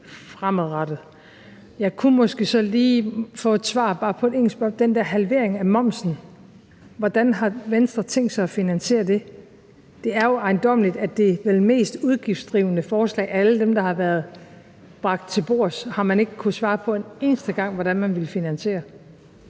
fremadrettet. Jeg kunne måske så lige få et svar – bare på et enkelt spørgsmål: Den der halvering af momsen, hvordan har Venstre tænkt sig at finansiere det? Det er jo ejendommeligt, at det vel mest udgiftskrævende forslag af alle dem, der har været bragt til bordet, har man ikke kunnet svare på en eneste gang hvordan man vil finansiere.